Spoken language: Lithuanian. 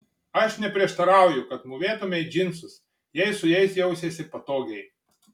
aš neprieštarauju kad mūvėtumei džinsus jei su jais jausiesi patogiai